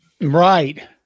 Right